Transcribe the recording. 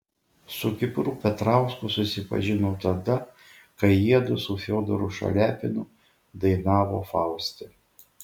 su kipru petrausku susipažinau tada kai jiedu su fiodoru šaliapinu dainavo fauste